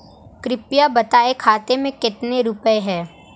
कृपया बताएं खाते में कितने रुपए हैं?